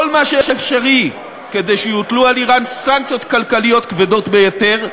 כל מה שאפשרי כדי שיוטלו על איראן סנקציות כלכליות כבדות ביותר,